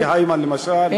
סי היימן, למשל?